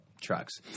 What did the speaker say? trucks